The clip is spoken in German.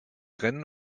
rennen